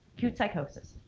acute psychosis.